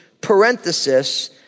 parenthesis